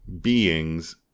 beings